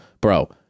bro